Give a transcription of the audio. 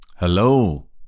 Hello